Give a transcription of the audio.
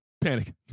panic